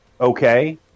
okay